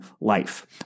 life